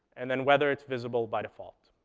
and then whether it's visible by default.